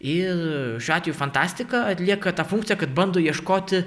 ir šiuo atveju fantastika atlieka tą funkciją kad bando ieškoti